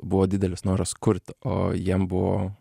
buvo didelis noras kurt o jiem buvo